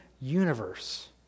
universe